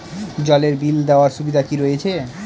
জলের বিল দেওয়ার সুবিধা কি রয়েছে?